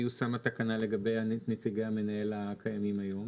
אז בעצם תיושם התקנה לגבי נציגי המנהל הקיימים היום?